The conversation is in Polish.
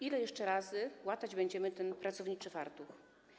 Ile jeszcze razy łatać będziemy ten pracowniczy fartuch?